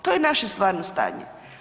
To je naše stvarno stanje.